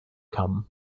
come